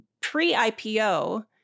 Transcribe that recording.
pre-IPO